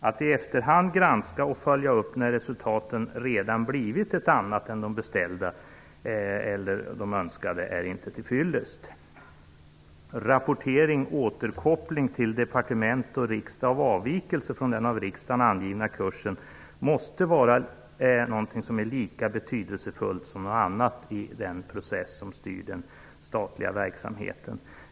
Att i efterhand granska och följa upp, när resultaten redan blivit andra än de önskade, är inte till fyllest. Rapportering, återkoppling, till departement och riksdag om avvikelser från den av riksdagen angivna kursen måste vara något som är lika betydelsefullt som något annat i den process som styr den statliga verksamheten.